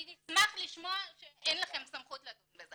אני אשמח לשמוע שאין לכם סמכות לדון בזה.